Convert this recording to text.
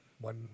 One